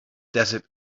desert